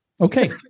Okay